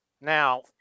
Now